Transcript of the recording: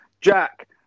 Jack